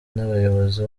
n’abayobozi